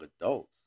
Adults